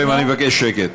חברים, אני מבקש שקט.